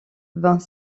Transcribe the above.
vingt